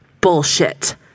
Bullshit